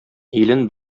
илен